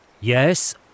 Yes